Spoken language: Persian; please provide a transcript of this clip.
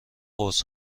قرص